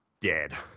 dead